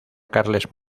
carles